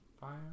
fire